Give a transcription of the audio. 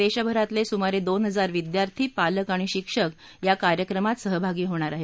देशभरातले सुमारे दोन हजार विद्यार्थी पालक आणि शिक्षक या कार्यक्रमात सहभागी होणार आहेत